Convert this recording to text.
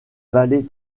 vallée